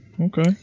okay